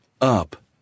up